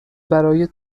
برای